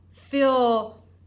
feel